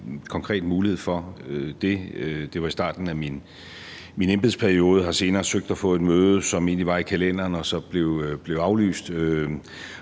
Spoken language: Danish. Det var i starten af min embedsperiode, og jeg har senere søgt at få et møde, og det var egentlig i kalenderen, men blev så aflyst.